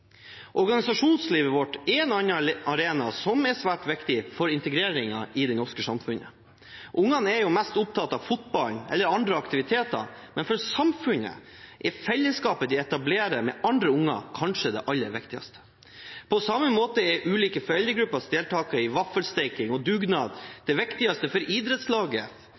Organisasjonslivet vårt er en annen arena som er svært viktig for integreringen i det norske samfunnet. Ungene er mest opptatt av fotball eller andre aktiviteter, men for samfunnet er fellesskapet de etablerer med andre unger, kanskje det aller viktigste. På samme måte er ulike foreldregruppers deltakelse i vaffelsteking og dugnad det viktigste for idrettslaget,